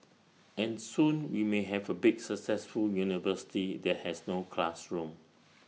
and soon we may have A big successful university that has no classrooms